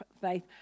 faith